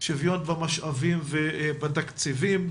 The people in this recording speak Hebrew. שוויון במשאבים ובתקציבים,